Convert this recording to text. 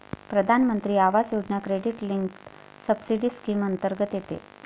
प्रधानमंत्री आवास योजना क्रेडिट लिंक्ड सबसिडी स्कीम अंतर्गत येते